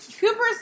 Cooper's